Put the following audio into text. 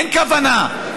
אין כוונה,